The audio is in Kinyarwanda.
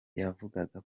yavugaga